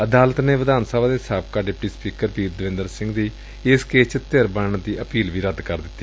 ਅਦਾਲਤ ਨੇ ਵਿਧਾਨ ਸਭਾ ਦੇ ਸਾਬਕਾ ਡਿਪਟੀ ਸਪੀਕਰ ਬੀਰ ਦਵਿੰਦਰ ਸਿੰਘ ਦੀ ਏਸ ਕੇਸ ਚ ਧਿਰ ਬਣਨ ਦੀ ਅਪੀਲ ਵੀ ਰੱਦ ਕਰ ਦਿੱਤੀ